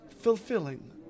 fulfilling